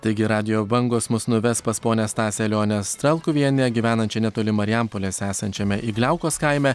taigi radijo bangos mus nuves pas ponią stasę leonę stralkuvienę gyvenančią netoli marijampolės esančiame igliaukos kaime